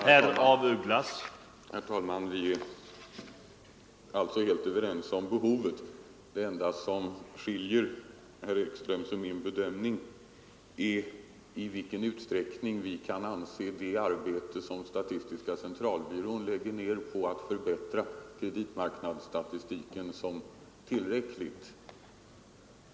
Herr talman! Vi är alltså helt överens om behovet. Det enda som skiljer herr Ekströms och min bedömning är i vilken utsträckning vi kan anse det arbete statistiska centralbyrån lägger ned på att förbättra kreditmarknadsstatistiken som tillräckligt.